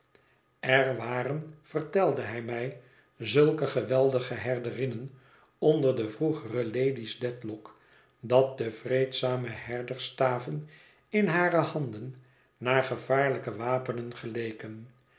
er waren vertelde hij mij zulke geweldige herderinnen onder de vroegere lady's dedlock dat de vreedzame herdersstaven in hare handen naar gevaarlijke wapenen geleken